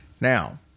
Now